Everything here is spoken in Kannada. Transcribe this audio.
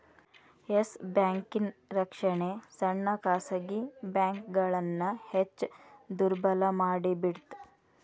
ಎಸ್ ಬ್ಯಾಂಕಿನ್ ರಕ್ಷಣೆ ಸಣ್ಣ ಖಾಸಗಿ ಬ್ಯಾಂಕ್ಗಳನ್ನ ಹೆಚ್ ದುರ್ಬಲಮಾಡಿಬಿಡ್ತ್